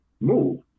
move